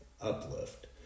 uplift